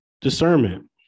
Discernment